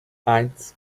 eins